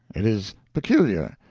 it is peculiar.